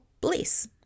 bliss